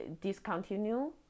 discontinue